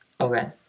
Okay